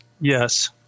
Yes